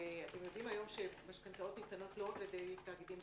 אתם יודעים היום שמשכנתאות ניתנות לא רק על ידי תאגידים בנקאיים.